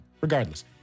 Regardless